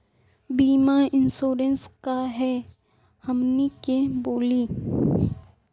बीमा इंश्योरेंस का है हमनी के बोली?